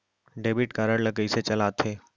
Debit card ला कइसे चलाते?